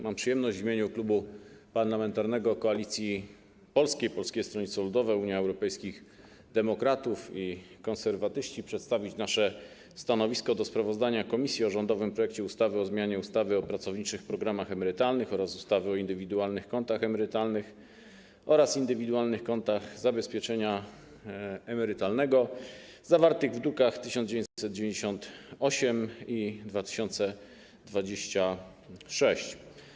Mam przyjemność w imieniu Klubu Parlamentarnego Koalicja Polska - Polskie Stronnictwo Ludowe, Unia Europejskich Demokratów, Konserwatyści przedstawić nasze stanowisko wobec sprawozdania komisji o rządowym projekcie ustawy o zmianie ustawy o pracowniczych programach emerytalnych oraz ustawy o indywidualnych kontach emerytalnych oraz indywidualnych kontach zabezpieczenia emerytalnego zawartych w drukach nr 1998 i 2026.